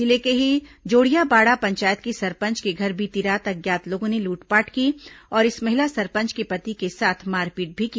जिले के ही जोड़ियाबाड़ा पंचायत की सरपंच के घर बीती रात अज्ञात लोगों ने लूटपाट की और इस महिला सरपंच के पति के साथ मारपीट भी की